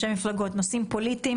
נושאים פוליטיים,